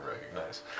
recognize